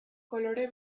kolore